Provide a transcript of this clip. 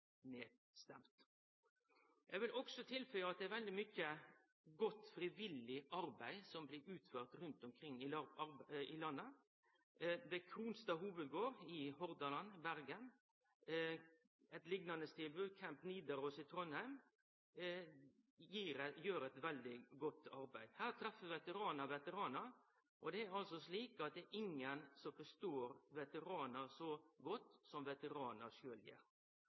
vil også tilføye at det er veldig mykje godt frivillig arbeid som blir utført rundt omkring i landet. Det er m.a. Kronstad Hovedgård i Bergen, Hordaland. Ein liknande stad er Camp Nidaros i Trondheim. Desse gjer eit veldig godt arbeid. Her treffer veteranar veteranar, og det er ingen som forstår veteranar så godt, som veteranar